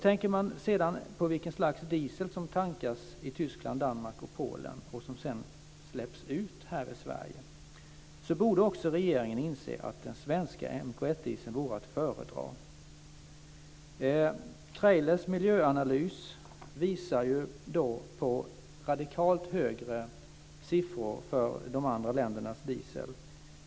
Tänker man sedan på vilken slags diesel som tankas i Tyskland, Danmark och Polen och som sedan släpps ut här i Sverige borde också regeringen inse att den svenska MK1-dieseln vore att föredra. Trailers miljöanalys visar på radikalt högre siffror för de andra ländernas diesel.